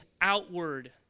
outward